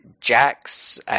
Jax